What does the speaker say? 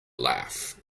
laugh